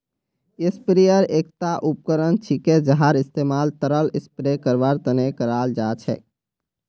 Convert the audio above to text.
sprayer एकता उपकरण छिके जहार इस्तमाल तरल स्प्रे करवार तने कराल जा छेक